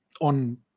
on